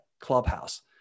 Clubhouse